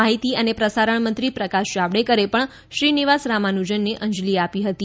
માહિતી અને પ્રસારણ મંત્રી પ્રકાશ જાવડેકરે પણ શ્રી નિવાસ રામાનુજને અંજલી આપી હતી